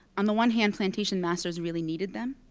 on the one hand plantation masters really needed them.